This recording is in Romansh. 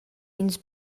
ins